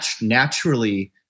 naturally